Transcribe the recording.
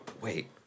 Wait